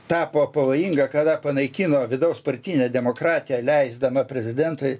tapo pavojinga kada panaikino vidaus partinę demokratiją leisdama prezidentui